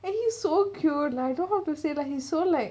and he's so cute like I don't how to say that he so like